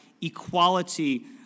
equality